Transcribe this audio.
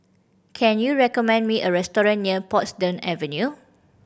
can you recommend me a restaurant near Portsdown Avenue